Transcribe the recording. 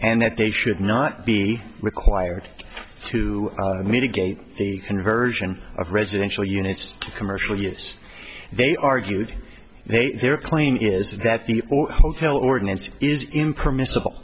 and that they should not be required to mitigate the conversion of residential units to commercial use they argued they their claim is that the hotel ordinance is impermissible